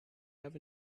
have